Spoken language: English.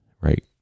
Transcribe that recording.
right